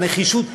הנחישות,